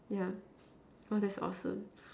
yeah so that's awesome